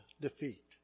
defeat